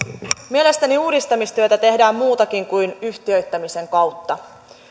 mielestäni uudistamistyötä tehdään muunkin kuin yhtiöittämisen kautta